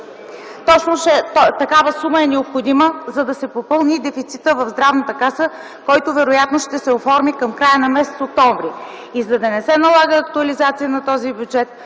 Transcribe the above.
точно такава сума е необходима, за да се попълни дефицита в Здравната каса, който вероятно ще се оформи към края на м. октомври. За да не се налага актуализация на този бюджет,